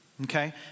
Okay